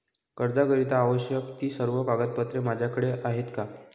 कर्जाकरीता आवश्यक ति सर्व कागदपत्रे माझ्याकडे आहेत का?